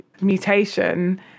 mutation